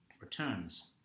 returns